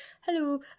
hello